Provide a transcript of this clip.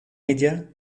ella